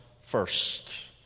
first